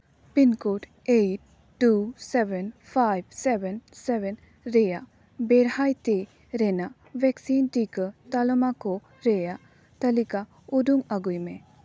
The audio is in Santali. pin code eight two seven five seven seven ᱨᱮᱭᱟᱜ ᱵᱮᱲᱦᱟᱭᱛᱮ ᱨᱮᱱᱟᱜ ᱵᱷᱮᱠᱥᱤᱱ ᱴᱤᱠᱟᱹ ᱛᱟᱞᱢᱟ ᱠᱚ ᱨᱮᱭᱟᱜ ᱛᱟᱹᱞᱤᱠᱟ ᱩᱰᱩᱠ ᱟᱹᱜᱩᱭ ᱢᱮ